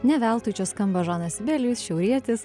ne veltui čia skamba žanas sibelijus šiaurietis